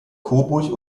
coburg